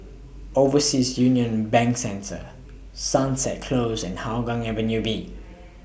Overseas Union Bank Centre Sunset Close and Hougang Avenue B